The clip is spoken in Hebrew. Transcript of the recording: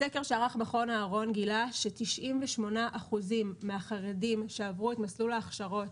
סקר שערך מכון אהרן גילה ש-98% מהחרדים שעברו את מסלול ההכשרות